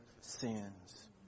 sins